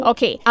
Okay